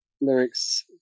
lyrics